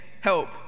help